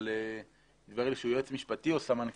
אבל התברר לי שהוא יועץ משפטי או סמנכ"ל,